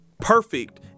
perfect